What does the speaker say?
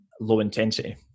low-intensity